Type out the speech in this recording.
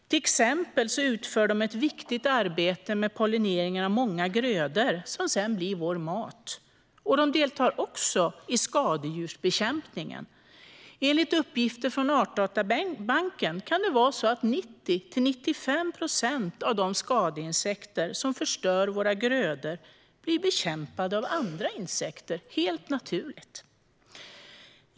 Till exempel utför de ett viktigt arbete med pollinering av många grödor, som sedan blir vår mat. De deltar också i skadedjursbekämpningen. Enligt uppgifter från Artdatabanken kan det vara så att 90-95 procent av de skadeinsekter som förstör våra grödor blir bekämpade av andra insekter, helt naturligt.